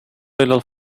little